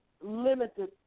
limited